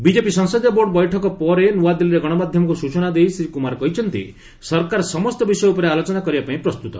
BJP ସଂସଦୀୟ board ବୈଠକ ପରେ ନୂଆଦିଲ୍ଲୀରେ ଗଣମାଧ୍ୟମକୁ ସୂଚନା ଦେଇ ଶ୍ରୀ କୁମାର କହିଛନ୍ତି ସରକାର ସମସ୍ତ ବିଷୟ ଉପରେ ଆଲୋଚନା କରିବାପାଇଁ ପ୍ରସ୍ତୁତ